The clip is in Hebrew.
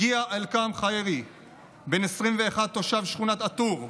הגיע עלקם חיירי בן ה-21, תושב שכונת א-טור,